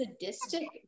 sadistic